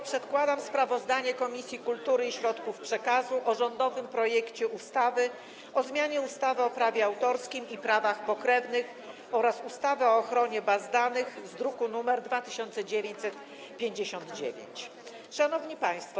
Przedkładam sprawozdanie Komisji Kultury i Środków Przekazu o rządowym projekcie ustawy o zmianie ustawy o prawie autorskim i prawach pokrewnych oraz ustawy o ochronie baz danych z druku nr 2959. Szanowni Państwo!